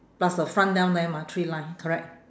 plus the front down there mah three line correct